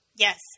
Yes